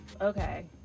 okay